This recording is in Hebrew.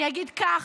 אני אגיד כך,